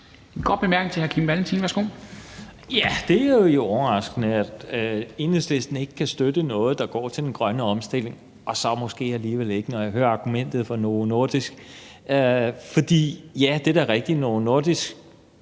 en kort bemærkning til hr. Kim Valentin. Værsgo. Kl. 18:37 Kim Valentin (V): Det er jo overraskende, at Enhedslisten ikke kan støtte noget, der går til den grønne omstilling – og så måske alligevel ikke, når jeg hører argumentet om Novo Nordisk. Det er da rigtigt, at Novo Nordisk